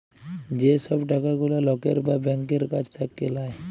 যে সব টাকা গুলা লকের বা ব্যাংকের কাছ থাক্যে লায়